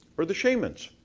are the shamans.